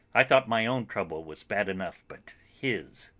i thought my own trouble was bad enough, but his!